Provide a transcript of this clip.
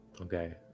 Okay